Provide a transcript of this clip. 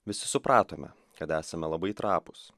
visi supratome kad esame labai trapūs